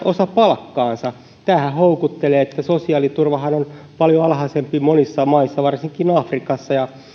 osa heidän palkkaansa tämähän houkuttelee kun sosiaaliturva on paljon alhaisempi monissa maissa varsinkin afrikassa ja